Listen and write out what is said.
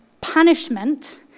punishment